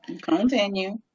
Continue